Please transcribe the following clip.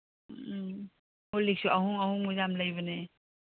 ꯎꯝ ꯀꯣꯜꯂꯤꯛꯁꯨ ꯑꯍꯣꯡ ꯑꯍꯣꯡꯕ ꯌꯥꯝ ꯂꯩꯕꯅꯦ